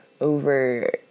over